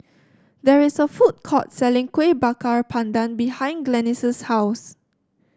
there is a food court selling Kueh Bakar Pandan behind Glennis' house